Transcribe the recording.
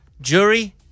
jury